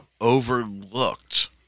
overlooked